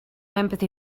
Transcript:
empathy